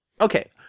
Okay